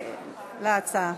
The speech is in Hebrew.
להצעה.